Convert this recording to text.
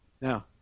Now